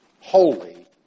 holy